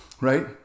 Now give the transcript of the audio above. right